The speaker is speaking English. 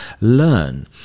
Learn